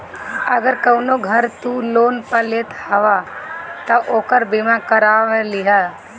अगर कवनो घर तू लोन पअ लेत हवअ तअ ओकर बीमा करवा लिहअ